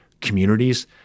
communities